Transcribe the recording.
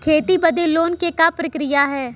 खेती बदे लोन के का प्रक्रिया ह?